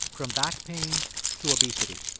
from back pain to obesity.